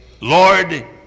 Lord